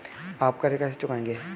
आप कर्ज कैसे चुकाएंगे?